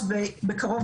ועדת המשנה,